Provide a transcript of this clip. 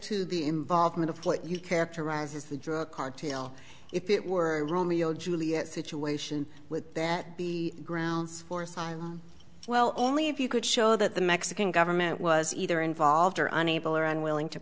to the involvement of what you characterize as the drug cartel if it were a romeo and juliet situation with that the grounds for asylum well only if you could show that the mexican government was either involved or unable or unwilling to